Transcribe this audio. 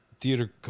theater